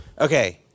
Okay